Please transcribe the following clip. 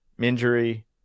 injury